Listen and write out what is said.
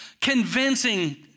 convincing